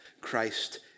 Christ